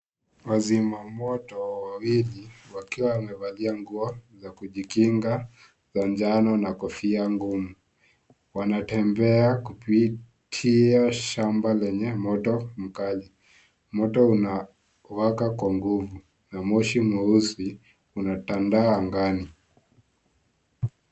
Wazima moto wawili wakiwa wamevalia nguo za kujikinga, manjano na kofia ngumu, wanatembea kupitia shamba lenye moto mkali. Moto unawaka kwa nguvu na moshi mweusi unatanda angani.